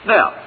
Now